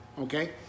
okay